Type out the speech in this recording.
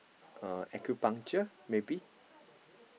uh acupuncture maybe